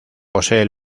posee